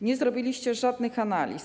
Nie zrobiliście żadnych analiz.